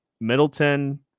Middleton